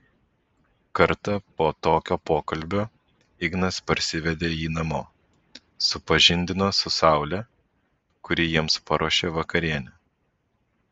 kartą po tokio pokalbio ignas parsivedė jį namo supažindino su saule kuri jiems paruošė vakarienę